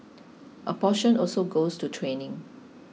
a portion also goes to training